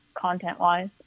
content-wise